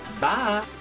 Bye